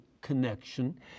connection